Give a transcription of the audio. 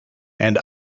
and